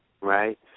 right